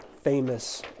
famous